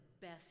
best